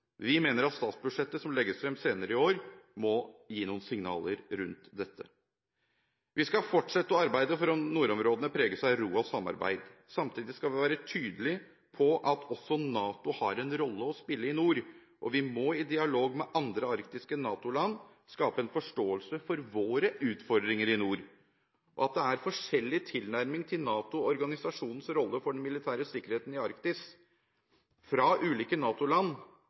Vi mener at statsbudsjettet, som legges frem senere i år, må gi noen signaler rundt dette. Vi skal fortsette å arbeide for at nordområdene preges av ro og samarbeid. Samtidig skal vi være tydelige på at også NATO har en rolle å spille i nord, og vi må – i dialog med andre arktiske NATO-land – skape en forståelse for våre utfordringer i nord. At det er forskjellig tilnærming til NATO og organisasjonens rolle når det gjelder den militære sikkerheten i Arktis fra ulike